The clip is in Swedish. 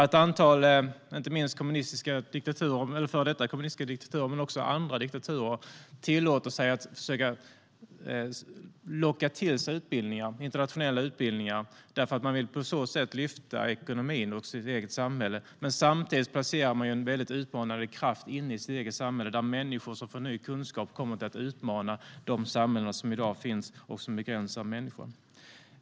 Ett antal, inte minst före detta kommunistiska men också andra, diktaturer tillåter sig att försöka locka till sig internationella utbildningar för att på så sätt kunna lyfta ekonomin och sitt eget samhälle. Samtidigt placerar de en stark kraft inne i sitt eget samhälle där människor som får ny kunskap kommer att utmana de samhällen som i dag begränsar människor.